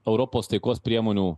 europos taikos priemonių